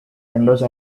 endorse